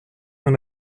dans